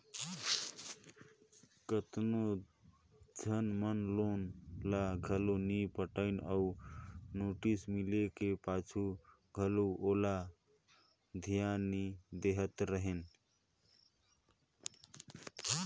केतनो झन मन लोन ल घलो नी पटाय अउ नोटिस मिले का पाछू घलो ओला धियान नी देहत रहें